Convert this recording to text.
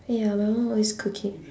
ya my mum always cook it